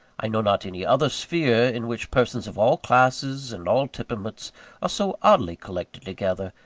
i know not any other sphere in which persons of all classes and all temperaments are so oddly collected together,